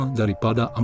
daripada